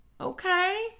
okay